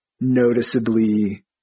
noticeably